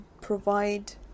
provide